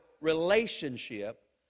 relationship